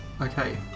okay